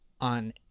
on